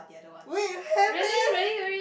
wait you have meh